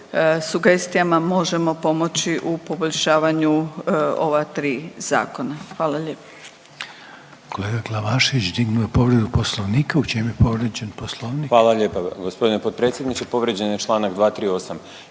sugestijama možemo pomoći u poboljšavanju ova tri zakona, hvala lijepo.